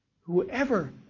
whoever